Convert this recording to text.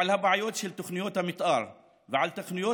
על הבעיות של תוכניות המתאר ועל התוכניות